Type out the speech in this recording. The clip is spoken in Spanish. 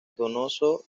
donoso